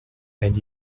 and